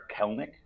Kelnick